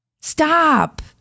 Stop